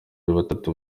batatu